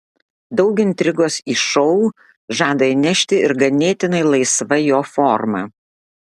daug intrigos į šou žada įnešti ir ganėtinai laisva jo forma